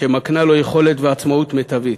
שמקנה לו יכולת ועצמאות מיטבית.